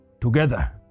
Together